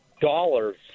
dollars